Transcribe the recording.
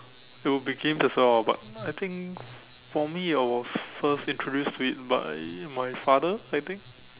it will be games as well ah but I think for me I was first introduced to it by my father I think